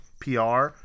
PR